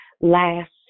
last